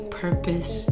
purpose